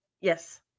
Yes